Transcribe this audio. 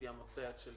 לפי המפתח של